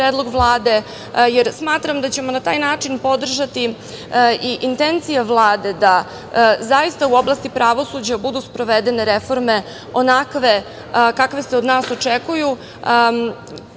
predlog Vlade, jer smatram da ćemo na taj način podržati i intencije Vlade da zaista u oblasti pravosuđa budu sprovedene reforme onakve kakve se od nas očekuju